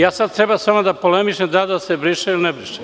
Ja sad treba samo da polemišem da li da se briše ili ne briše?